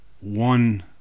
one